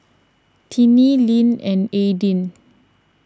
Tinnie Linn and Aidyn